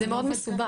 זה מאוד מסובך,